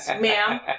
ma'am